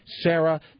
Sarah